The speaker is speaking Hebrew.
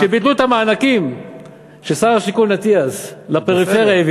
כשביטלו את המענקים ששר השיכון אטיאס הביא לפריפריה?